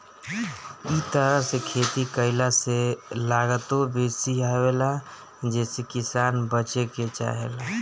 इ तरह से खेती कईला से लागतो बेसी आवेला जेसे किसान बचे के चाहेला